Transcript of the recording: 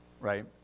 right